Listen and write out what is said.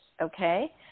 okay